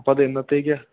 അപ്പം അത് എന്നത്തേക്കാണ്